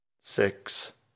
six